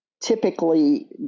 typically